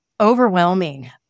overwhelming